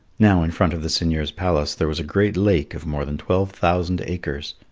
now, in front of the seigneur's palace there was a great lake of more than twelve thousand acres.